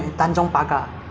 when I was a kid ah my